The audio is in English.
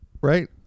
right